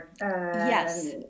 Yes